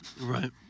Right